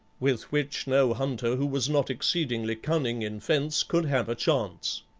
with which no hunter who was not exceedingly cunning in fence could have a chance.